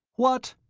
what?